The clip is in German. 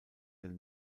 del